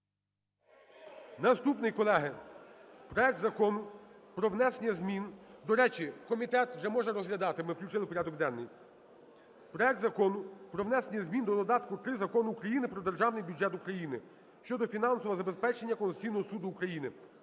в порядок денний. Проект Закону про внесення змін до додатка 3 до Закону України "Про Державний бюджет України" щодо фінансового забезпечення Конституційного Суду України.